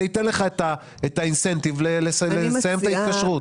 זה ייתן לך את האינסנטיב לסיים את ההתקשרות.